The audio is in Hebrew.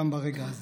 גם ברגע הזה.